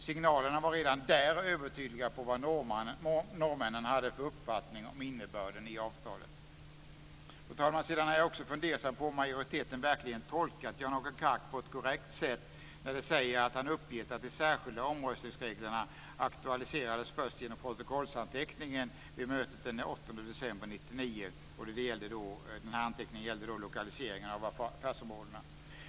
Signalerna var redan där övertydliga på vad norrmännen hade för uppfattning om innebörden i avtalet. Fru talman! Sedan är jag fundersam på om majoriteten verkligen tolkat Jan-Åke Kark på ett korrekt sätt när den säger att han uppgett att de särskilda omröstningsreglerna aktualiserades först genom protokollsanteckningen vid mötet den 8 december 1999.